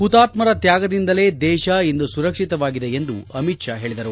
ಹುತಾತ್ಪರ ತ್ನಾಗದಿಂದಲೇ ದೇಶ ಇಂದು ಸುರಕ್ಷಿತವಾಗಿದೆ ಎಂದು ಅಮಿತ್ ಶಾ ಹೇಳಿದರು